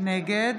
נגד